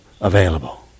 available